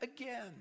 again